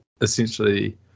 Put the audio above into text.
essentially